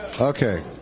Okay